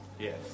Yes